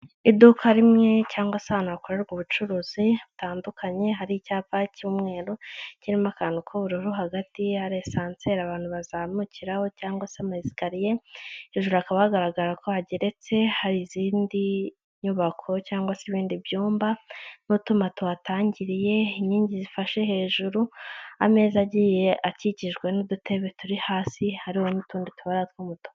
Iduka rimwe cyangwa isano hakorerwa ubucuruzi butandukanye hari icyapa cy'umweru kirimo akantu k'ubururu hagati ya lesanceri abantu bazamukiraho cyangwa se amaesikariye hejuru hakaba hagaragara ko hageretse hari izindi nyubako cyangwa se ibindi byumba n'utuma tuhatangiriye inkingi zifashe hejuru ameza agiye akikijwe n'udutebe turi hasi hari n'utundi tubara tw'umutu.